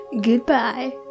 Goodbye